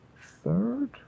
third